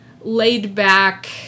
laid-back